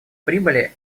прибыли